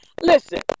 Listen